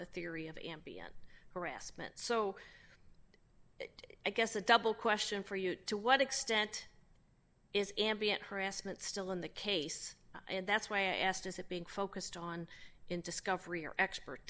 the theory of ambient harassment so it gets a double question for you to what extent is ambient harassment still in the case and that's why i asked is it being focused on in discovering your expert